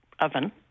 oven